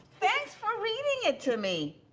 thanks for reading it to me.